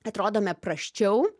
atrodome prasčiau